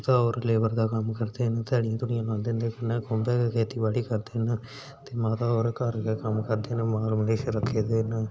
पिता होर लेबर दा कम्म करदे न ते ध्याड़ियां ्ध्युड़ियां लांदे न कन्नै गै खेती बाड़ी करदे न ते माता होर घर गै कम्म करदे न माल मवेशी रक्खे दे न